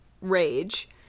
rage